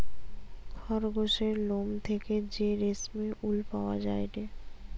খরগোসের লোম থেকে যে রেশমি উল পাওয়া যায়টে